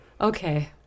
Okay